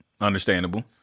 Understandable